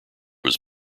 was